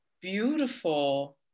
beautiful